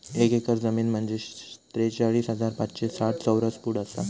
एक एकर जमीन म्हंजे त्रेचाळीस हजार पाचशे साठ चौरस फूट आसा